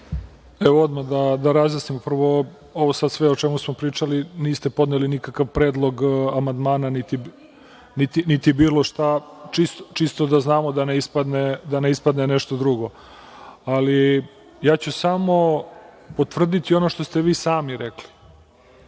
Evo, odmah da razjasnim. Prvo, ovo sve o čemu smo pričali, niste poneli nikakav predlog amandmana, niti bilo šta, čisto da znamo, da ne ispadne nešto drugo. Samo ću potvrditi ono što ste vi sami rekli.